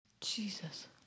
Jesus